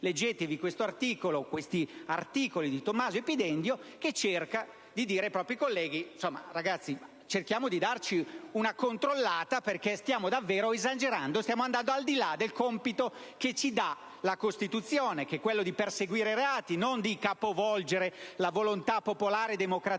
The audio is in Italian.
Leggetevi questi articoli di Tomaso Epidendio, che cerca di dire ai propri colleghi: ragazzi, cerchiamo di darci una controllata, perché stiamo davvero esagerando; stiamo andando al di là del compito che ci dà la Costituzione: che è di perseguire i reati, e non di capovolgere la volontà popolare democraticamente